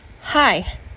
Hi